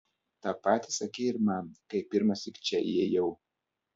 tą patį sakei ir man kai pirmąsyk čia įėjau